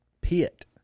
pit